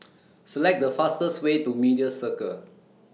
Select The fastest Way to Media Circle